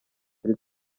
kuri